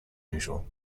usual